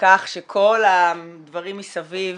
לכך שכל הדברים מסביב